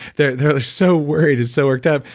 they're they're so worried and so worked up.